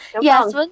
yes